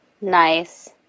Nice